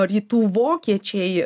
rytų vokiečiai